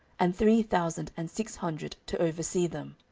and three thousand and six hundred to oversee them.